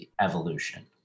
evolution